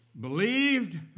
believed